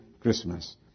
Christmas